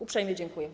Uprzejmie dziękuję.